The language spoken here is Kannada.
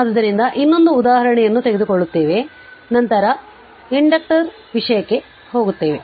ಆದ್ದರಿಂದ ಇನ್ನೊಂದು ಉದಾಹರಣೆಯನ್ನು ತೆಗೆದುಕೊಳ್ಳುತ್ತೇವೆ ನಂತರ ಪ್ರಚೋದಕಗಳ ವಿಷಯಕ್ಕೆ ಹೋಗುತ್ತೇವೆ